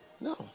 No